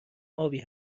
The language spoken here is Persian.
آبی